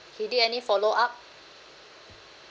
he did any follow up